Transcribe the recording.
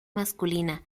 masculina